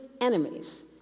enemies